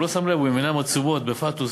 הוא לא שם לב, הוא עם עיניים עצומות, בפתוס.